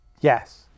Yes